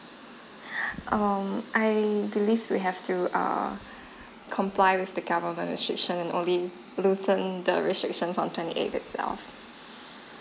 um I believe we have to err comply with the government restriction and only loosen the restriction on twenty eight itself